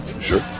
Sure